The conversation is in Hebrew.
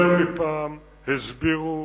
והיועצים המשפטיים, יותר מפעם אחת, הסבירו,